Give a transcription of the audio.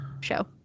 show